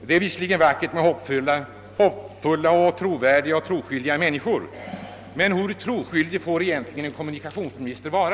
Det är visserligen vackert med hoppfulla och troskyldiga människor, men hur troskyldig får egentligen en kommunikationsminister vara?